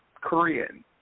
Korean